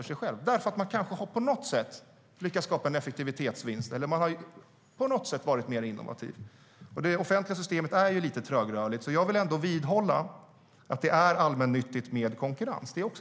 På något sätt har man kanske lyckats att skapa en effektivitetsvinst, eller också har man på något sätt varit mer innovativ. Det offentliga systemet är ju lite trögrörligt. Jag vill ändå vidhålla att det är allmännyttigt med konkurrens.